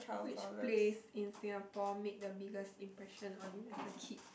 which place in Singapore made the biggest impression on you as a kid